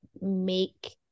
make